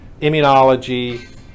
immunology